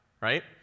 right